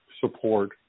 support